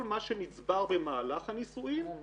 כל מה שנצבר במהלך הנישואין --- הוא משותף.